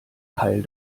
keil